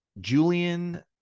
Julian